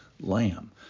Lamb